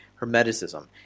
hermeticism